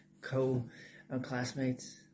co-classmates